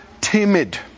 timid